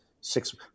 six